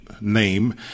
name